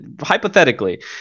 hypothetically